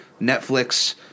Netflix